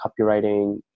copywriting